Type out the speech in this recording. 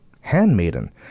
handmaiden